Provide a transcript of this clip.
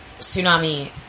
tsunami